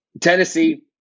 Tennessee